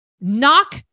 Knock